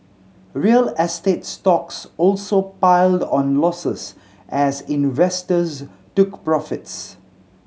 real estate stocks also piled on losses as investors took profits